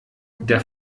der